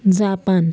Japan